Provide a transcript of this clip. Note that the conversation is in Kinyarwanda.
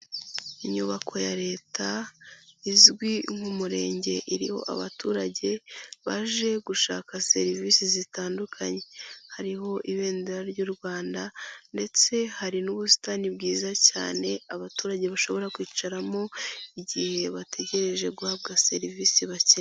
Inyubako ya Leta izwi nk'umurenge iriho abaturage baje gushaka serivise zitandukanye hariho ibendera ry'u Rwanda ndetse hari n'ubusitani bwiza cyane abaturage bashobora kwicaramo igihe bategereje guhabwa serivise bakeneye.